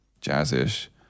jazz-ish